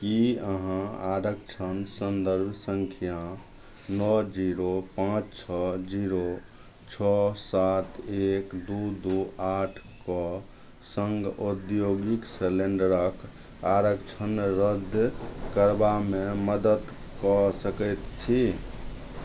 की अहाँ आरक्षण सन्दर्भ सङ्ख्या नओ जीरो पाँच छओ जीरो छओ सात एक दू दू आठ के सङ्ग औद्योगिक सलेंडरक आरक्षण रद्द करबामे मदति कऽ सकैत छी